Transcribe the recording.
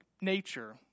nature